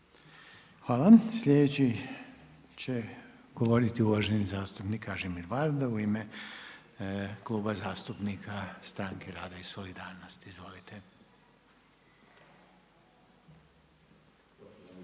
Hvala. Sljedeći će govoriti uvaženi zastupnik Kažimir Varda u ime Kluba zastupnika Stranke rada i solidarnosti. Izvolite. **Varda,